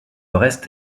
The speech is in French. reste